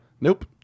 Nope